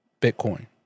Bitcoin